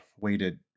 weighted